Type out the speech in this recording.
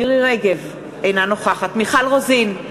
אינה נוכחת מיכל רוזין,